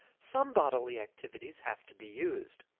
some bodily activities have to be used.